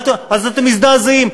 אז אתם מזדעזעים.